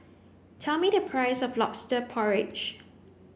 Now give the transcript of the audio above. tell me the price of lobster porridge